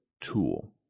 tool